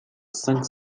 cinq